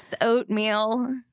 oatmeal